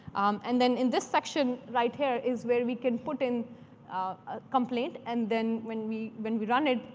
and then in this section right here is where we can put in a complaint, and then when we when we run it,